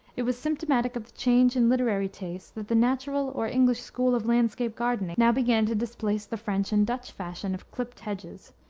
it was symptomatic of the change in literary taste that the natural or english school of landscape gardening now began to displace the french and dutch fashion of clipped hedges,